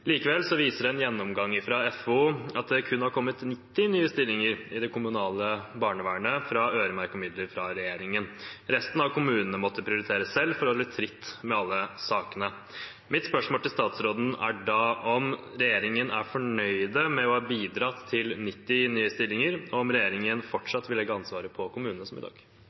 Likevel viser en gjennomgang fra FO at det kun har kommet 90 nye stillinger i det kommunale barnevernet som følge av øremerkede midler fra regjeringen. Resten av kommunene måtte prioritere selv for å holde tritt med alle sakene. Mitt spørsmål til statsråden er da om regjeringen er fornøyd med å ha bidratt til 90 nye stillinger, og om regjeringen fortsatt vil legge ansvaret på kommunene, som i dag.